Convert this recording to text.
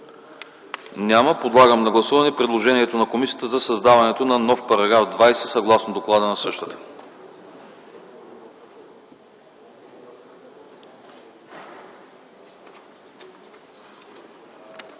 Няма. Подлагам на гласуване предложението на комисията за създаване на нов § 20, съгласно доклада на същата.